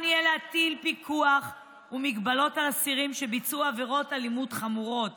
להטיל פיקוח והגבלות על אסירים שביצעו עבירות אלימות חמורות